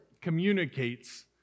communicates